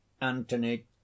antony